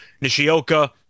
Nishioka